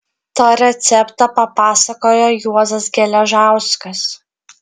tą receptą papasakojo juozas geležauskas